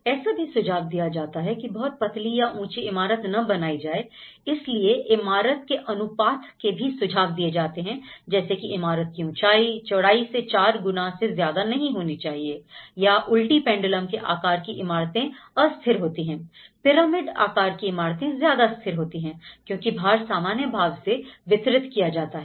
ऐसा भी सुझाव दिया जाता है कि बहुत पतली या ऊंची इमारत ना बनाई जाए इसलिए इमारत के अनुपात के भी सुझाव दिए जाते हैं जैसे की इमारत की ऊंचाई चौड़ाई से चार गुना से ज्यादा नहीं होनी चाहिए या उल्टी पंडलम के आकार की इमारतें अस्थिर होती हैं पिरामिड आकार की इमारतें ज्यादा स्थिर होती हैं क्योंकि भार सामान्य भाव से वितरित किया जाता है